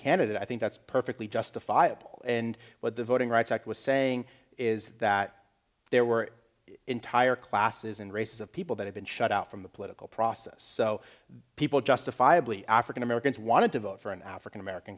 candidate i think that's perfectly justifiable and what the voting rights act was saying is that there were entire classes and races of people that have been shut out from the political process so people justifiably african americans wanted to vote for an african american